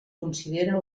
considera